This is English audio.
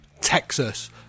texas